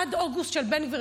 עד אוגוסט של בן גביר,